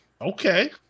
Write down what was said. Okay